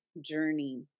journey